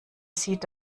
sieht